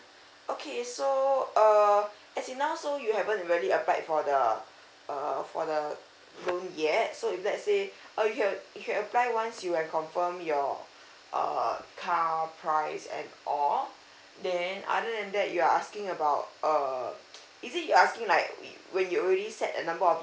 okay so uh as in now so you haven't really applied for the uh for the loan yet so if let's say uh you can you can apply once you have confirm your uh car price at all then other than that you're asking about uh is it you are asking like when when you already set a number of